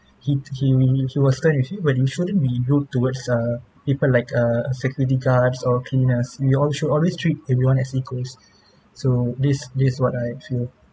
he he he was twenty three but you shouldn't be rude towards uh people like err security guards or cleaners and we all should always treat everyone as equals so this this is what I feel